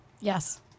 Yes